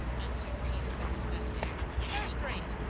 answered peter with his best air. first rate!